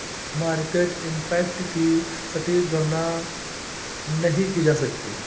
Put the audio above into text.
market impact की सटीक गणना नहीं की जा सकती